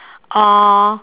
or